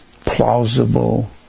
plausible